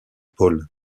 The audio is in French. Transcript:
paul